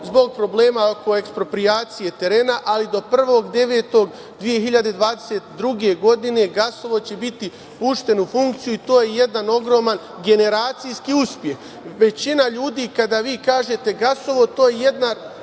zbog problema oko eksproprijacije terena, ali do 1. septembra 2022. godine gasovod će biti pušten u funkciju. To je jedan ogroman, generacijski uspeh. Većina ljudi kada vi kažete - gasovod, to je jedna